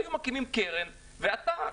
היו מקימים קרן -- יבגני,